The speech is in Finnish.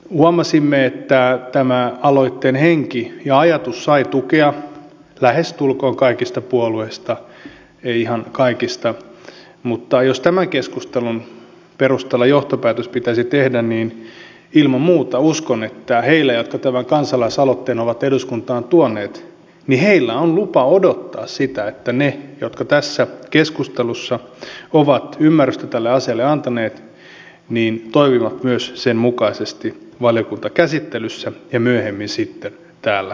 huomasimme että tämä aloitteen henki ja ajatus sai tukea lähestulkoon kaikista puolueista ei ihan kaikista mutta jos tämän keskustelun perusteella johtopäätös pitäisi tehdä niin ilman muuta uskon että heillä jotka tämän kansalaisaloitteen ovat eduskuntaan tuoneet on lupa odottaa sitä että ne jotka tässä keskustelussa ovat ymmärrystä tälle asialle antaneet toimivat myös sen mukaisesti valiokuntakäsittelyssä ja myöhemmin sitten täällä salissa